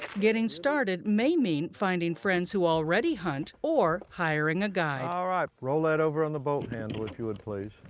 getting started may mean finding friends who already hunt or hiring a guide. instructor alright, roll that over on the bolt handle if you would please.